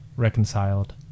reconciled